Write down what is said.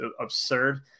absurd